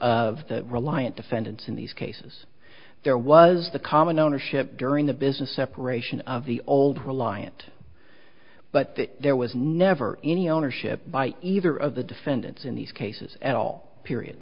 of the reliant defendants in these cases there was the common ownership during the business separation of the old reliant but there was never any ownership by either of the defendants in these cases at all